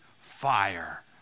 fire